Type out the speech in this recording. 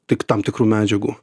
tik tam tikrų medžiagų